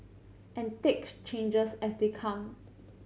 and take changes as they come